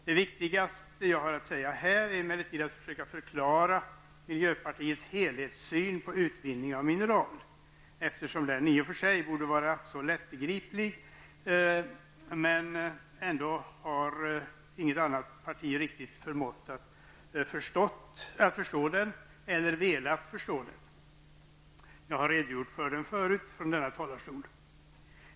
Det viktigaste jag har att säga här är emellertid att försöka förklara miljöpartiets helhetssyn på utvinning av mineral. Denna vår syn borde vara lättbegriplig, men inget annat parti tycks ha förmått eller velat förstå den. Jag har tidigare redogjort för denna från talarstolen.